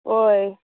होय